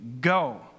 go